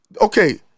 Okay